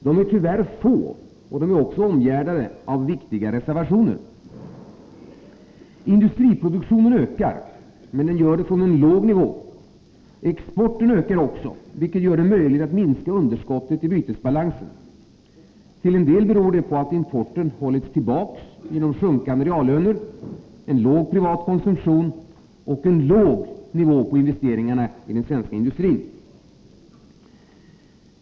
De är tyvärr få, och de är också omgärdade av viktiga reservationer. Industriproduktionen ökar, men den gör det från en låg nivå. Exporten ökar också, vilket också gör det möjligt att minska underskottet i bytesbalansen. Till en del beror detta på att importen har hållits tillbaka genom sjunkande reallöner, en låg privat konsumtion och en låg nivå på investeringarna i den svenska industrin.